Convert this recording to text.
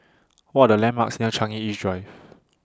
What Are The landmarks near Changi East Drive